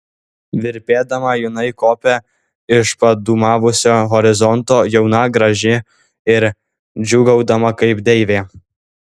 virpėdama jinai kopė iš padūmavusio horizonto jauna graži ir džiūgaudama kaip deivė